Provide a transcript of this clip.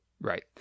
Right